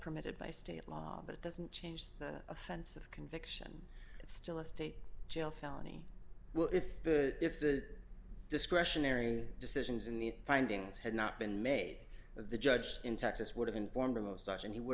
permitted by state law but it doesn't change the offense of conviction it's still a state jail felony well if the if the discretionary decisions in the findings had not been made the judge in texas would have informed or most such and he would